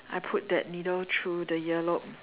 I put that needle through the ear lobe